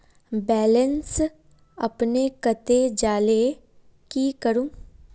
Balance अपने कते जाले की करूम?